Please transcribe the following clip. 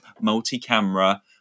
multi-camera